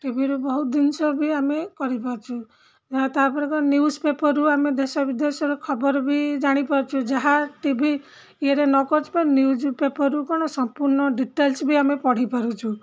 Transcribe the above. ଟିଭିରୁ ବହୁତ ଜିନିଷ ବି ଆମେ କରିପାରୁଛୁ ତା'ପରେ କ'ଣ ନ୍ୟୁଜ୍ ପେପର୍ରୁ ଆମେ ଦେଶ ବିଦେଶର ଖବର ବି ଜାଣିପାରୁଛୁ ଯାହା ଟିଭି ଇଏରେ ନ କରୁଛୁ ନ୍ୟୁଜ୍ ପେପର୍ରୁ କ'ଣ ସମ୍ପୂର୍ଣ୍ଣ ଡିଟେଲସ୍ ବି ଆମେ ପଢ଼ିପାରୁଛୁ